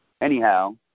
Anyhow